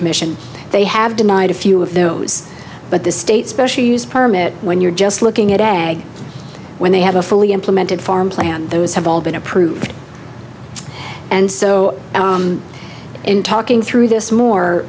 commission they have denied a few of those but the state special use permit when you're just looking at ag when they have a fully implemented farm plan those have all been approved and so in talking through this more